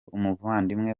umuvandimwe